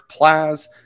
Plaz